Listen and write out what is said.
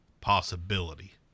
possibility